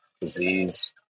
disease